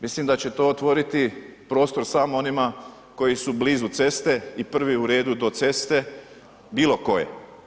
Mislim da će to otvoriti prostor samo onima koji su blizu ceste i prvi u redu do ceste bilo koje.